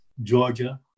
Georgia